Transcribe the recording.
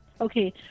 Okay